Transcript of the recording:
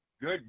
Good